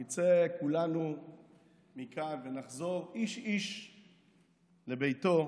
נצא כולנו מכאן ונחזור איש-איש לביתו,